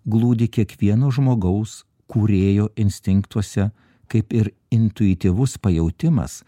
glūdi kiekvieno žmogaus kūrėjo instinktuose kaip ir intuityvus pajautimas